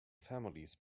families